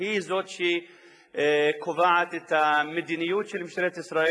היא זאת שקובעת את המדיניות של ממשלת ישראל